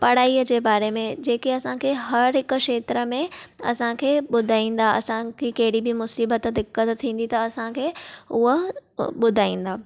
पढ़ाईअ जे बारे में जेके असांखे हर हिक खेत्र में असांखे ॿुधाईंदा असांखे कहिड़ी बि मुसीबत दिक़त थींदी त असांखे उहा ॿुधाईंदा